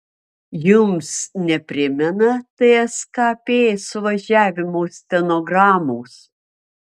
jums neprimena tskp suvažiavimo stenogramos